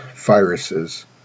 viruses